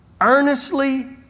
earnestly